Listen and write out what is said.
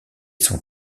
son